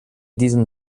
diesem